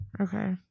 Okay